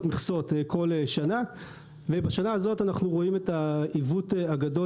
מכסות כל שנה ובשנה הזאת אנחנו רואים את העיוות הגדול